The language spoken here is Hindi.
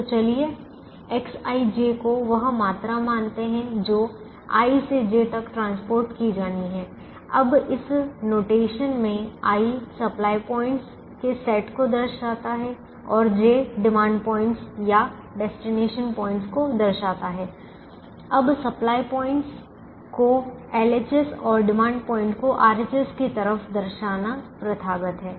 तो चलिए Xij को वह मात्रा मानते हैं जो i से j तक परिवहन की जानी है अब इस नोटेशन में i सप्लाई पॉइंटस के सेट को दर्शाता है और j डिमांड पॉइंटस या डेस्टिनेशन प्वाइंटस को दर्शाता है अब सप्लाई पॉइंट को LHS और डिमांड पॉइंट को RHS की तरफ दर्शाना प्रथागत है